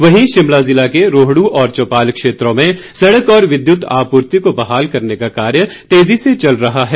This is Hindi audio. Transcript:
वहीं शिमला जिला के रोहडू और चौपाल क्षेत्रों में सड़क और विद्युत आपूर्ति को बहाल करने का कार्य तेजी से चल रहा है